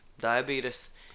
Diabetes